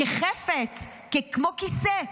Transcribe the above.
כחפץ, כמו כיסא.